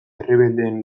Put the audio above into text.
errebeldeen